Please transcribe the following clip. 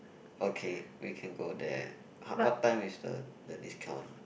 okay we can go there !huh! what time is the the discount